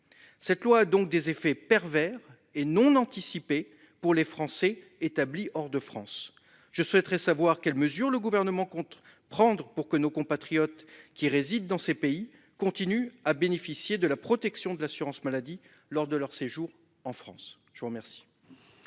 Cette loi donc des effets pervers et non anticipés pour les Français établis hors de France. Je souhaiterais savoir quelles mesures le gouvernement compte prendre pour que nos compatriotes qui réside dans ces pays continuent à bénéficier de la protection de l'assurance maladie lors de leur séjour en France. Je vous remercie.